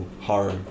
horror